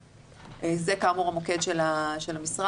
זה כאמור המוקד של המשרד,